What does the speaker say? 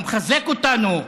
הוא מחזק אותנו.